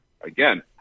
Again